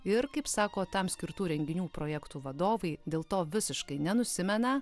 ir kaip sako tam skirtų renginių projektų vadovai dėl to visiškai nenusimena